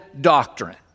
doctrine